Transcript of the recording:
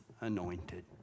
anointed